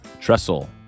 Trestle